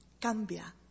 Cambia